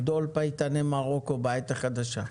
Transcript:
גדול פייטני מרוקו בעת החדשה,